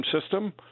system